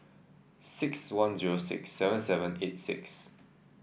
six one zero six seven seven eight six